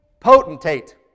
Potentate